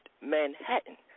Manhattan